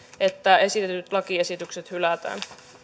että esitetyt lakiesitykset hylätään